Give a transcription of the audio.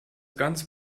ganze